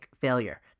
failure